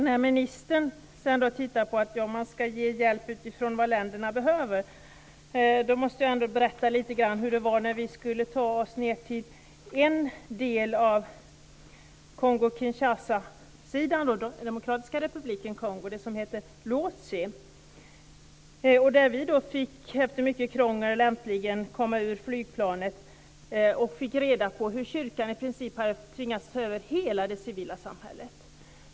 När ministern sedan tittar på detta och säger att man ska ge hjälp utifrån vad länderna behöver så måste jag berätta lite grann om hur det var när vi skulle ta oss ned till en del av Kongo-Kinshasasidan, den demokratiska republiken av Kongo, som heter Efter mycket krångel fick vi äntligen komma ur flygplanet och fick då reda på hur kyrkan i princip hade tvingats ta över hela det civila samhället.